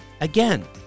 Again